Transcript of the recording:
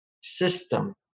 system